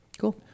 Cool